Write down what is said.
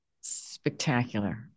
spectacular